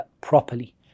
properly